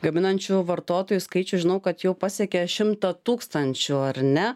gaminančių vartotojų skaičių žinau kad jau pasiekė šimtą tūkstančių ar ne